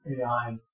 AI